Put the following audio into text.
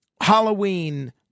Halloween